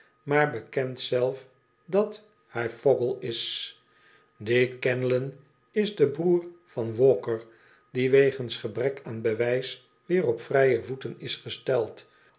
maar bekent zelf dat hij eogle is of die canlon is de broer van walker die wegens gebrek aan bewijs weer op vrije voeten is gesteld